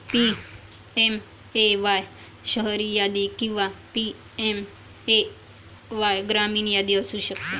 PMAY शहरी यादी किंवा पी.एम.ए.वाय ग्रामीण यादी असू शकते